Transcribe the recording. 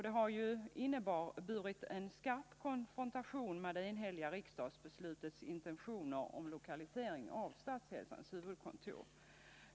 Detta har inneburit en skarp konfrontation med det enhälliga riksdagsbeslutets intentioner när det gäller lokaliseringen av Statshälsans huvudkontor.